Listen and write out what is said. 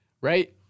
right